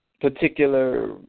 particular